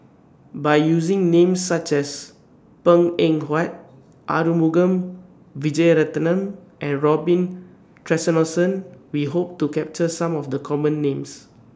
By using Names such as Png Eng Huat Arumugam Vijiaratnam and Robin We Hope to capture Some of The Common Names